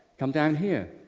come down here.